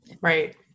Right